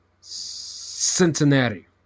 Cincinnati